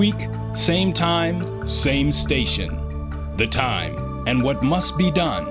week same time same station the time and what must be done